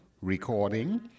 recording